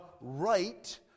right